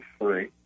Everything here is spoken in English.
free